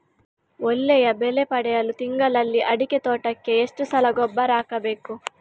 ಒಳ್ಳೆಯ ಬೆಲೆ ಪಡೆಯಲು ತಿಂಗಳಲ್ಲಿ ಅಡಿಕೆ ತೋಟಕ್ಕೆ ಎಷ್ಟು ಸಲ ಗೊಬ್ಬರ ಹಾಕಬೇಕು?